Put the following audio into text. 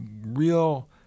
real